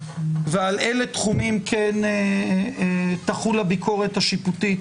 ועל אלה תחומים כן תחול הביקורת השיפוטית